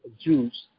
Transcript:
jews